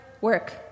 work